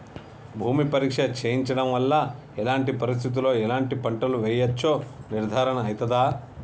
భూమి పరీక్ష చేయించడం వల్ల ఎలాంటి పరిస్థితిలో ఎలాంటి పంటలు వేయచ్చో నిర్ధారణ అయితదా?